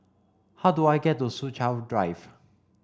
how do I get to Soo Chow Drive